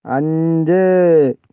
അഞ്ച്